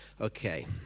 Okay